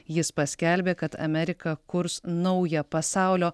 jis paskelbė kad amerika kurs naują pasaulio